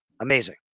Amazing